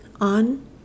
on